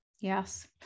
Yes